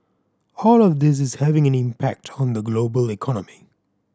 all of this is having an impact on the global economy